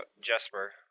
Jesper